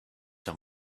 them